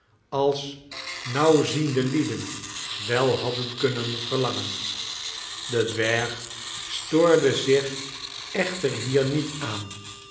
als nauwziende lieden wel hadden kunnen verlangen de dwerg stoorde zich echter hier niet aan